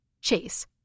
Chase